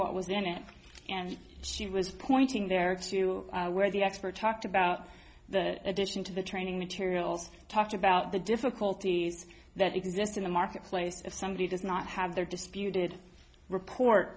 what was in it and she was pointing their to where the expert talked about the addition to the training materials talked about the difficulties that exist in the marketplace if somebody does not have their disputed report